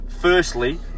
Firstly